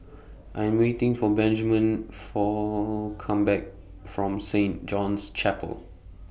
I Am waiting For Benjman For Come Back from Saint John's Chapel